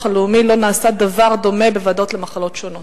הלאומי לא נעשה דבר דומה בוועדות למחלות שונות?